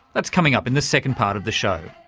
that's coming up in the second part of the show.